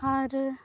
ᱟᱨ